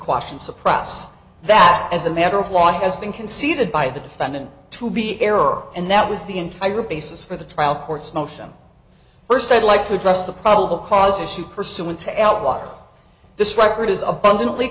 question suppress that as a matter of law has been conceded by the defendant to be error and that was the entire basis for the trial court's motion first i'd like to address the probable cause issue pursuant to elp walk this record is abundantly